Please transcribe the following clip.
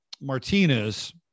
Martinez